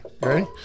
ready